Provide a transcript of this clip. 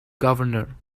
governor